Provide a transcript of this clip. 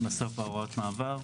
הוראות המעבר.